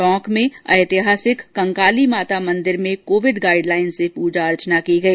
टोंक में ऐतिहासिक कंकाली माता मंदिर में कोविड गाईडलाईन से प्रजा अर्चना की गई